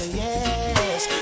yes